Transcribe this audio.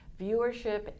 viewership